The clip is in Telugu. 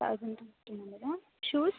thousand shoes